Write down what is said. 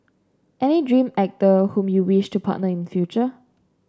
any dream actor whom you wish to partner in future